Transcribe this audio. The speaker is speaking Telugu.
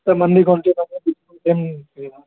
ఇంతమంది కొంటున్నాము డిస్కౌంట్ ఏం లేదా